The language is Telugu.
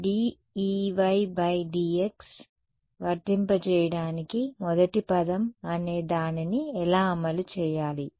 కాబట్టి dEydx వర్తింపజేయడానికి మొదటి పదం అనే దానిని ఎలా అమలు చేయాలి